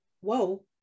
Whoa